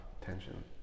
tension